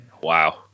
Wow